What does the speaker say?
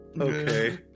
Okay